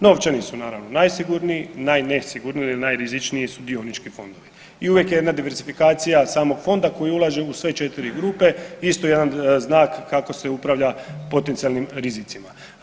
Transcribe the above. Novčani su naravno, najsigurniji, najnesigurniji ili najrizičniji su dionički fondovi i uvijek je jedna diversifikacija samog fonda koji ulaže u sve četiri grupe isto jedan znak kako se upravlja potencijalnim rizicima.